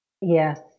Yes